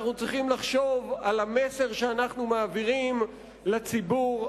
אנחנו צריכים לחשוב על המסר שאנחנו מעבירים לציבור,